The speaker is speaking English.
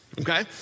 Okay